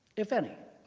if any?